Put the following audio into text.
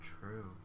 true